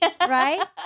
Right